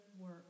work